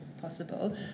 possible